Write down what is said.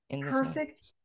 Perfect